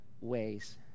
ways